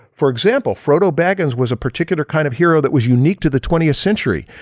for example, frodo baggins was a particular kind of hero that was unique to the twentieth century.